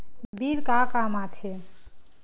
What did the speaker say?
Bill का काम आ थे?